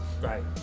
Right